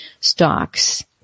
stocks